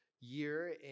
year